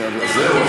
זהו,